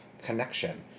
connection